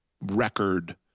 record